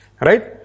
right